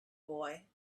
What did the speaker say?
boy